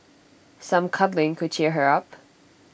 some cuddling could cheer her up